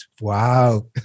wow